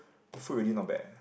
the food really not bad